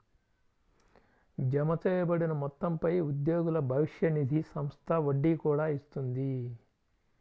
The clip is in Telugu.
జమచేయబడిన మొత్తంపై ఉద్యోగుల భవిష్య నిధి సంస్థ వడ్డీ కూడా ఇస్తుంది